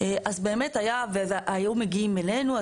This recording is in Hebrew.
היו מגיעים אלינו,